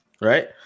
right